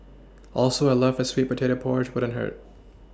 also a love for sweet potato porridge wouldn't hurt